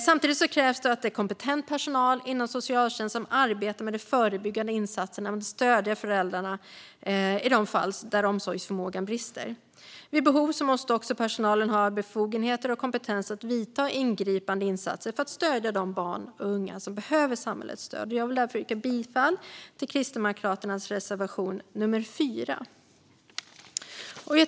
Samtidigt krävs det kompetent personal inom socialtjänsten som arbetar med förebyggande insatser för att stödja föräldrar i de fall där omsorgsförmågan brister. Vid behov måste också personalen ha befogenheter och kompetens att vidta ingripande insatser för att stödja de barn och unga som behöver samhällets stöd. Jag yrkar därför bifall till Kristdemokraternas reservation nummer 4.